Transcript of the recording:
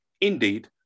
Indeed